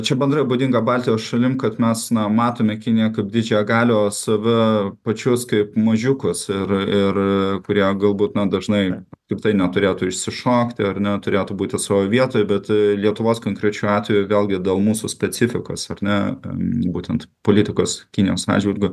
čia bendra būdinga baltijos šalim kad mes na matome kiniją kaip didžiąją galią o save pačius kaip mažiukus ir ir kurie galbūt na dažnai tiktai neturėtų išsišokti ar ne turėtų būti savo vietoj bet lietuvos konkrečiu atveju vėlgi dėl mūsų specifikos ar ne būtent politikos kinijos atžvilgiu